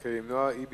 רק למנוע אי-בהירות,